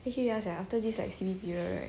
actually ya sia after this like C_B period right